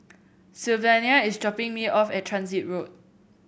Sylvania is dropping me off at Transit Road